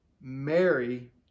Mary